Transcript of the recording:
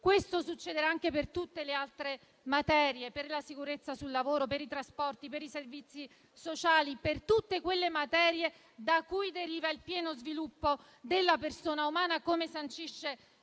Questo succederà anche per la sicurezza sul lavoro, per i trasporti, per i servizi sociali, per tutte quelle materie da cui deriva il pieno sviluppo della persona umana, come sancisce